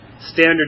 standard